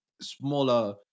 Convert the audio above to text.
smaller